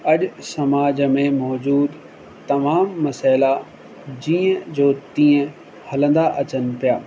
अॼु समाज में मौजूदु तमामु मसइला जीअं जो तीअं हलंदा अचनि पिया